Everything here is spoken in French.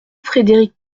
frédéric